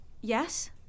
Yes